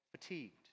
fatigued